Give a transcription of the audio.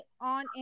on